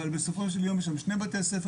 אבל בסופו של יום יש שם שני בתי ספר,